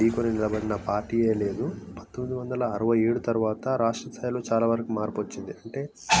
ఢీకొని నిలబడిన పార్టీయే లేదు పంతొమ్మిది వందల అరవై ఏడు తర్వాత రాష్ట్రస్థాయిలో చాలా వరకు మార్పు వచ్చింది అంటే